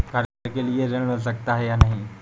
घर के लिए ऋण मिल सकता है या नहीं?